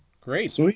great